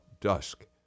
dusk